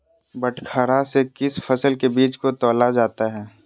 बटखरा से किस फसल के बीज को तौला जाता है?